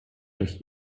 durch